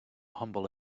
humble